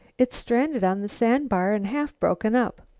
it's stranded on the sandbar and half broken up.